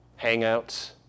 hangouts